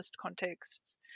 contexts